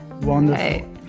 wonderful